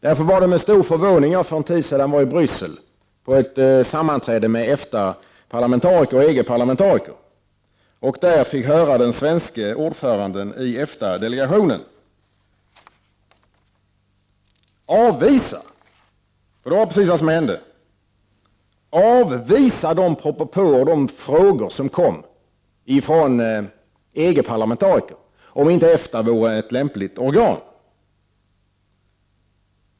Därför var det med förvåning jag för en tid sedan i Bryssel, på ett sammanträde med EFTA-parlamentariker och EG-parlamentariker, fick höra ordföranden i den svenska EFTA-delegationen avvisa — för det var precis vad som hände — de propåer som kom från EG-parlamentariker, om inte EFTA vore ett lämpligt organ.